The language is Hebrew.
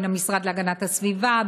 המשרד להגנת הסביבה,